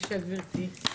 בבקשה גברתי.